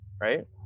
right